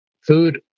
food